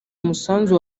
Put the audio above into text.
musanzu